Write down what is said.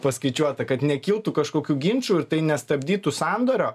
paskaičiuota kad nekiltų kažkokių ginčų ir tai nestabdytų sandorio